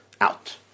out